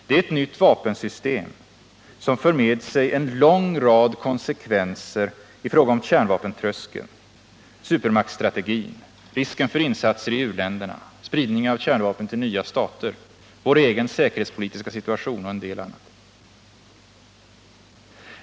Det är ett nytt vapensystem, som för med sig en lång rad konsekvenser i fråga om kärnvapentröskeln, supermaktsstrategin, riskerna för insatser i u-länder, spridning av kärnvapen till nya stater, vår egen säkerhetspolitiska situation och en hel del annat.